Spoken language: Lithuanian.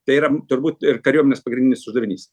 tai yra turbūt ir kariuomenės pagrindinis uždavinys